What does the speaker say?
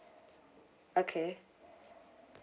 okay